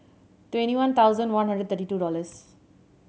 twenty one thousand one hundred thirty two dollars